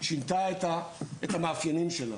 שינתה את המאפיינים שלה.